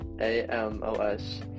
A-M-O-S